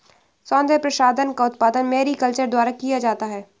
सौन्दर्य प्रसाधन का उत्पादन मैरीकल्चर द्वारा किया जाता है